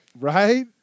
Right